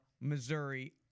Missouri